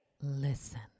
Listen